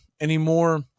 anymore